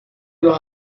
los